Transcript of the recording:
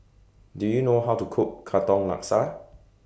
Do YOU know How to Cook Katong Laksa